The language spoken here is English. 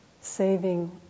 saving